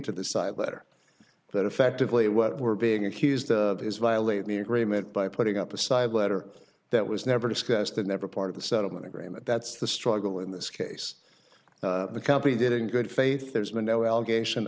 site letter that effectively what we're being accused of his violate the agreement by putting up a side letter that was never discussed and never part of the settlement agreement that's the struggle in this case the company did in good faith there's been no allegation